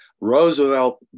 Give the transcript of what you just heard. Roosevelt